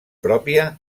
pròpia